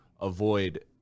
avoid